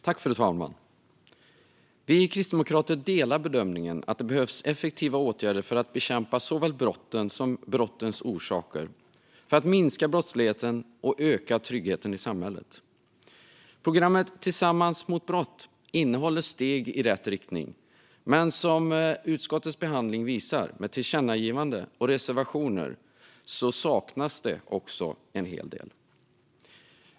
Fru talman! Vi kristdemokrater delar bedömningen att det behövs effektiva åtgärder för att bekämpa såväl brotten som brottens orsaker för att minska brottsligheten och öka tryggheten i samhället. Programmet Tillsammans mot brott innehåller steg i rätt riktning, men som utskottets behandling visar med tillkännagivande och reservationer saknas också en hel del.